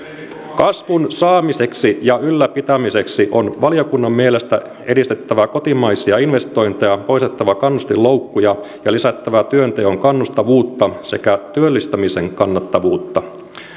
kasvun saamiseksi ja ylläpitämiseksi on valiokunnan mielestä edistettävä kotimaisia investointeja poistettava kannustinloukkuja ja lisättävä työnteon kannustavuutta sekä työllistämisen kannattavuutta